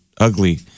ugly